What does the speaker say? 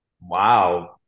Wow